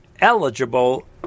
eligible